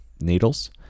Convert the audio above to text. needles